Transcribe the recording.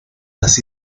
las